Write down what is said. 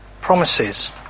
promises